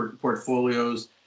portfolios